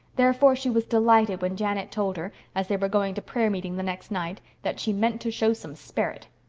therefore she was delighted when janet told her, as they were going to prayer-meeting the next night, that she meant to show some sperrit.